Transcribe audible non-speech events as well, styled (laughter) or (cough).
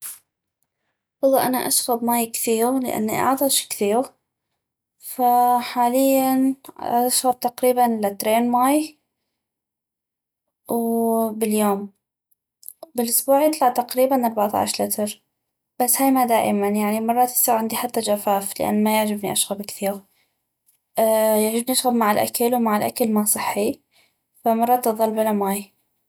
والله انا اشغب ماي كثيغ لاني اعطش كثيغ فحالياً عدشغب تقريباً لترين ماي باليوم بالأسبوع يطلع تقريباً اربعطعش لتر بس هاي ما دائماً يعني مرات يصيغ عندي حتى جفاف لان ما يعجبني اشغب كثيغ (hesitation) يعجبني اشغب مع الاكل ومع الاكل ما صحي فمرات اظل بلا ماي